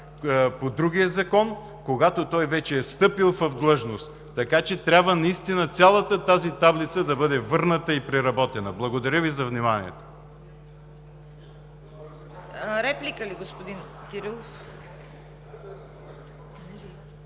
по другия закон, когато той вече е встъпил в длъжност. Трябва наистина цялата тази таблица да бъде върната и преработена. Благодаря Ви за вниманието.